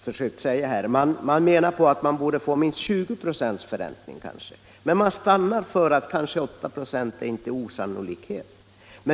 försökt säga här. LKAB menar att man borde få en förräntning på minst 20 96 men anser att i det här fallet en förräntning på kanske 8 6 inte är osannolik.